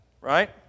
right